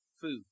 food